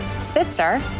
Spitzer